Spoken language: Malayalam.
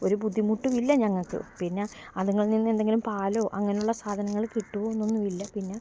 ഒരു ബുദ്ധിമുട്ടും ഇല്ല ഞങ്ങൾക്ക് പിന്നെ അത്ങ്ങളിൽനിന്ന് എന്തെങ്കിലും പാലോ അങ്ങനെയുള്ള സാധനങ്ങൾ കിട്ടുകയൊന്നും ഇല്ല പിന്നെ